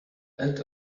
add